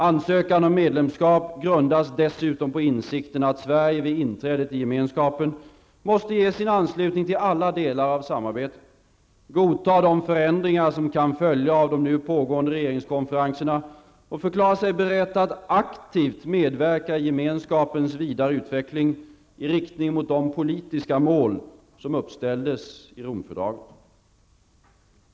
Ansökan om medlemskap grundas dessutom på insikten att Sverige vid inträdet i Gemenskapen måste ge sin anslutning till alla delar av samarbetet, godta de förändringar som kan följa av de nu pågående regeringskonferenserna och förklara sig berett att aktivt medverka i Gemenskapens vidare utveckling i riktning mot de politiska mål som uppställdes i Romfördraget.